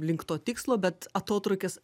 link to tikslo bet atotrūkis